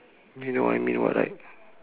you know what I mean [what] right